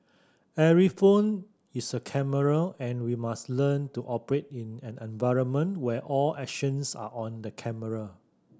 every phone is a camera and we must learn to operate in an environment where all actions are on the camera